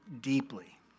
deeply